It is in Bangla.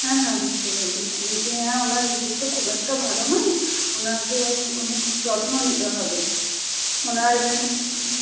হ্যাঁ হ্যাঁ বুঝতে পেরেছি বুঝতে পেরেছি হ্যাঁ ওঁর রিপোর্ট তো খুব একটা ভালো নয় ওঁকে অনেক যত্ন নিতে হবে ওঁর এখানে